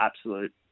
absolute